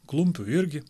klumpių irgi